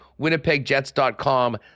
winnipegjets.com